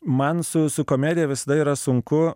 man su su komedija visada yra sunku